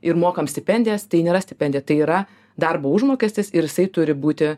ir mokam stipendijas tai nėra stipendija tai yra darbo užmokestis ir jisai turi būti